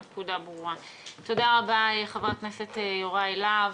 תודה לחבר הכנסת יוראי להב.